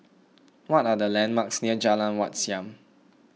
what are the landmarks near Jalan Wat Siam